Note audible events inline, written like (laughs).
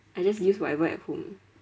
I just use whatever at home (laughs)